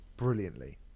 brilliantly